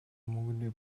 мөнгөний